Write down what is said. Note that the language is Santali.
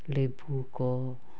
ᱞᱮᱵᱩ ᱠᱚ